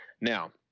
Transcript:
Now